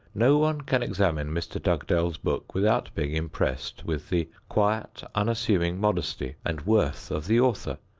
no one can examine mr. dugdale's book without being impressed with the quiet unassuming modesty and worth of the author,